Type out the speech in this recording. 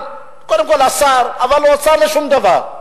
קודם כול השר, אבל הוא השר לשום דבר.